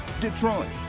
Detroit